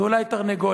זה אולי תרנגולת.